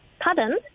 Pardon